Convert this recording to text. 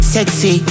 Sexy